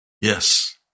Yes